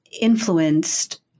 influenced